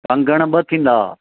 कंगण ॿ थींदा